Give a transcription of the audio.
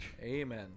Amen